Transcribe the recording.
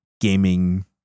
gaming